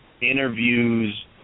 interviews